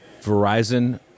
Verizon